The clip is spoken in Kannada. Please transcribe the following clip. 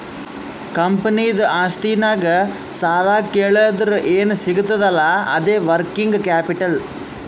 ಕಂಪನಿದು ಆಸ್ತಿನಾಗ್ ಸಾಲಾ ಕಳ್ದುರ್ ಏನ್ ಸಿಗ್ತದ್ ಅಲ್ಲಾ ಅದೇ ವರ್ಕಿಂಗ್ ಕ್ಯಾಪಿಟಲ್